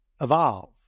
evolve